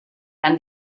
and